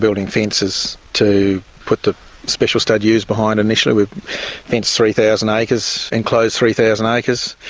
building fences to put the special stud ewes behind initially. we've fenced three thousand acres, enclosed three thousand acres